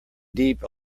deep